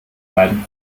beiden